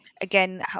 again